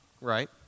right